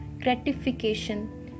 gratification